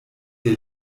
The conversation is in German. der